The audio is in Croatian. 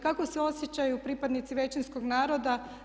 Kako se osjećaju pripadnici većinskog naroda?